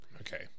Okay